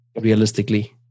realistically